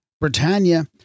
Britannia